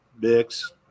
Bix